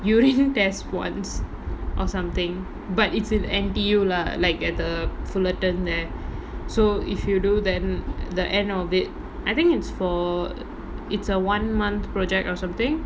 urine test once or something but it's in N_T_U lah like at the fullerton there so if you do then the end of it I think it's for it's a one month project or something